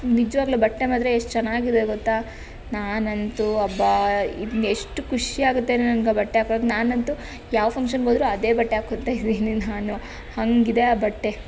ನಿಜವಾಗಲೂ ಬಟ್ಟೆ ಮಾತ್ರ ಎಷ್ಟು ಚೆನ್ನಾಗಿದೆ ಗೊತ್ತಾ ನಾನಂತೂ ಅಬ್ಬಾ ಇನ್ನೂ ಎಷ್ಟು ಖುಷಿಯಾಗುತ್ತೆ ನನಗೆ ಆ ಬಟ್ಟೆ ಹಾಕೊಳ್ಳೋದು ನಾನಂತೂ ಯಾವ ಫಂಕ್ಷನ್ಗೆ ಹೋದರೂ ಅದೇ ಬಟ್ಟೆ ಹಾಕ್ಕೋತಾ ಇದ್ದೀನಿ ನಾನು ಹಾಗಿದೆ ಆ ಬಟ್ಟೆ